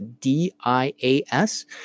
D-I-A-S